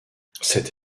cette